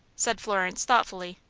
said florence, thoughtfully.